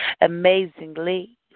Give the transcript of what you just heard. Amazingly